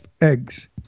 eggs